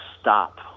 stop